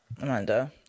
Amanda